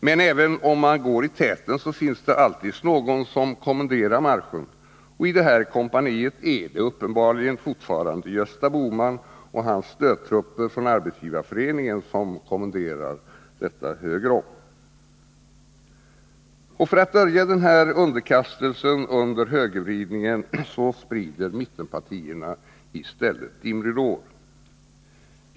Men även om man går i täten finns det alltid någon som kommenderar marschen, och i det här kompaniet är det uppenbarligen fortfarande Gösta Bohman och hans stödtrupper från Arbetsgivareföreningen som kommenderar Höger om. För att dölja sin underkastelse under högervridningen sprider mittenpartierna i stället dimridåer.